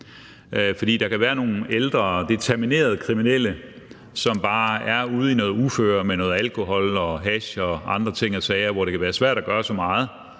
For der kan være nogle ældre determinerede kriminelle, som bare er ude i noget uføre med alkohol, hash og andre ting og sager, hvor det kan være svært at gøre så meget